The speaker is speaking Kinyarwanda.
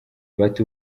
bati